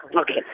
Okay